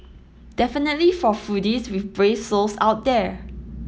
definitely for foodies with brave souls out there